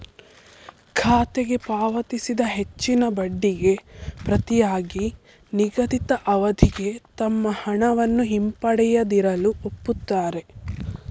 ಖಾತೆಗೆ ಪಾವತಿಸಿದ ಹೆಚ್ಚಿನ ಬಡ್ಡಿಗೆ ಪ್ರತಿಯಾಗಿ ನಿಗದಿತ ಅವಧಿಗೆ ತಮ್ಮ ಹಣವನ್ನು ಹಿಂಪಡೆಯದಿರಲು ಒಪ್ಪುತ್ತಾರೆ